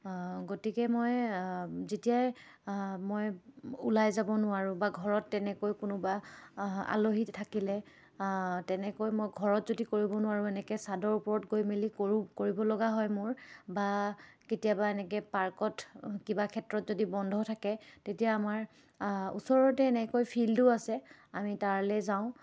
গতিকে মই যেতিয়াই মই ওলাই যাব নোৱাৰোঁ বা ঘৰত তেনেকৈ কোনোবা আলহী থাকিলে তেনেকৈ মই ঘৰত যদি কৰিব নোৱাৰোঁ এনেকৈ চাদৰ ওপৰত গৈ মেলি কৰোঁ কৰিব লগা হয় মোৰ বা কেতিয়াবা এনেকৈ পাৰ্কত কিবা ক্ষেত্ৰত যদি বন্ধ থাকে তেতিয়া আমাৰ ওচৰতে এনেকৈ ফিল্ডো আছে আমি তালৈ যাওঁ